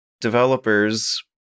developers